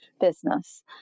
business